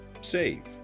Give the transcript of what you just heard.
save